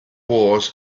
wars